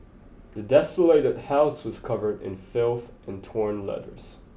the desolated house was covered in filth and torn letters